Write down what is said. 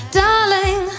darling